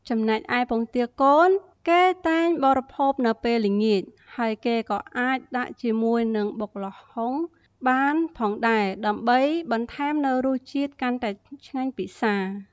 ចំណែកឯ ពងទាកូន គេតែងបរិភោគនៅពេលល្ងាច ហើយគេក៏អាចដាក់ជាមួយនឹងបុកល្ហុងបានផងដែរ ដើម្បីបន្ថែមនៅរសជាតិកាន់តែឆ្ងាញ់ពិសារ។